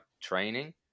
training